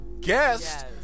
guest